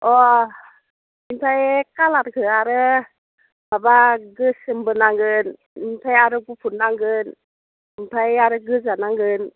अह ओमफ्राय कालारखौ आरो माबा गोसोमबो नांगोन बेनिफ्राय आरो गुफुर नांगोन ओमफ्राय आरो गोजा नांगोन